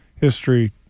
history